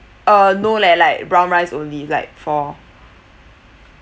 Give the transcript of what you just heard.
uh no leh like brown rice only like for